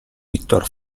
viktor